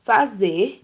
Fazer